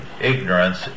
ignorance